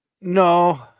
No